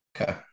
Okay